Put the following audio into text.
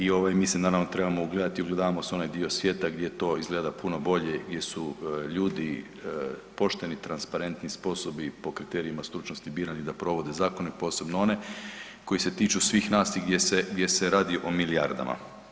I ovaj, mi se naravno, trebamo ugledati i ugledavamo se u onaj dio svijeta gdje to izgleda puno bolje di su ljudi pošteni, transparentni, sposobni po kriterijima stručnosti birani da provode zakone, posebno one koji se tiču svih nas i gdje se radi o milijardama.